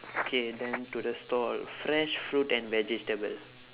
okay then to the stall fresh fruit and vegetables